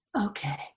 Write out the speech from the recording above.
okay